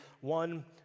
One